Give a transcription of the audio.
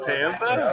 Tampa